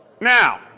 Now